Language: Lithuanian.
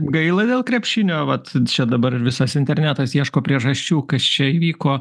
gaila dėl krepšinio vat čia dabar visas internetas ieško priežasčių kas čia įvyko